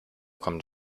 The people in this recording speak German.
kommt